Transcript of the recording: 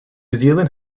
zealand